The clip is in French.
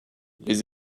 les